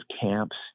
camps